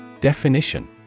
Definition